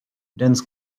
dense